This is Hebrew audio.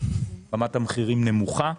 שרמת המחירים נמוכה,